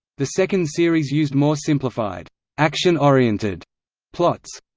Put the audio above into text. the second series used more simplified action-oriented plots.